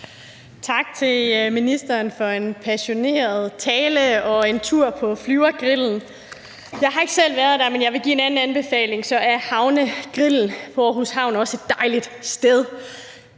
Tak til ministeren for en passioneret tale og en tur på Flyvergrillen. Jeg har ikke selv været der, men jeg vil give en anden anbefaling: Havnegrillen på Aarhus Havn er også et dejligt sted.